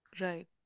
Right